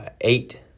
eight